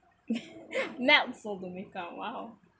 melts all the makeup !wow!